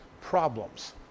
problems